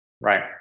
Right